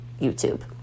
YouTube